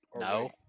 No